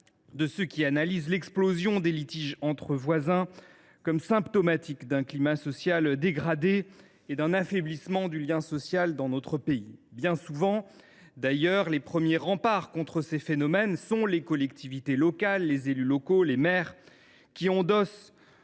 de ceux qui analysent l’explosion des litiges entre voisins comme le symptôme d’un climat social dégradé et d’un affaiblissement du lien social dans notre pays. C’est vrai ! Bien souvent, les premiers remparts contre ces phénomènes sont les collectivités locales : les maires et les autres élus locaux endossent